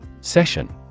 Session